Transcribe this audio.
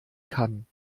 kann